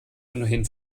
ohnehin